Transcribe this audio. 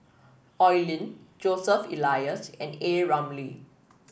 Oi Lin Joseph Elias and A Ramli